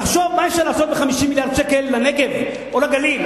תחשוב מה אפשר לעשות ב-50 מיליארד שקל לנגב או לגליל,